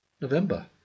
November